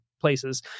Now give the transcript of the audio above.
places